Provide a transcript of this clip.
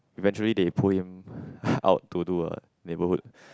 eventually they pull him out to do a neighbourhood